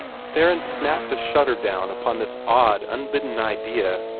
theron snapped a shutter down upon this odd, unbidden idea,